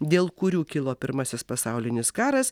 dėl kurių kilo pirmasis pasaulinis karas